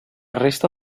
resta